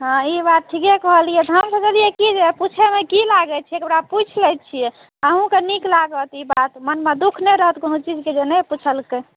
हँ ई बात ठीके कहलियै हँ हम बुझलियै की पूछएमे की लागै छै एक बेरा पूछि लै छियै अहूँक नीक लागत ई बात मनमे दुःख नहि रहत कोनो चीजके से नहि पूछलकै